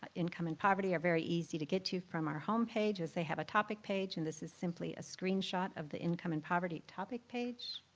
ah income and poverty are very easy to get to from our home page as they have a topic page and this is simply a screenshot of the income and poverty topic page.